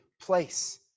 place